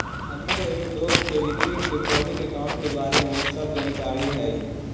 हमर एगो दोस्त के रिकरिंग डिपॉजिट अकाउंट के बारे में सब जानकारी हई